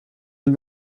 dem